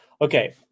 okay